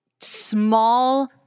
small